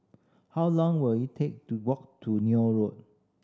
how long will it take to walk to Neil Road